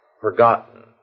forgotten